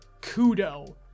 Kudo